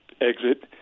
exit